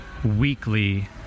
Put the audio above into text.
Weekly